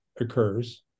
occurs